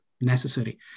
necessary